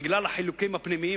בגלל החילוקים הפנימיים,